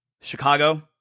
Chicago